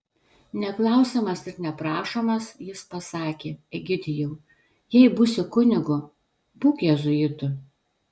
neklausiamas ir neprašomas jis pasakė egidijau jei būsi kunigu būk jėzuitu